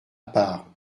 part